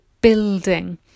building